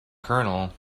colonel